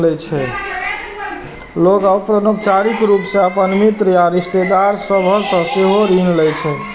लोग अनौपचारिक रूप सं अपन मित्र या रिश्तेदार सभ सं सेहो ऋण लै छै